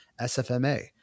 SFMA